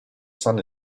son